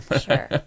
Sure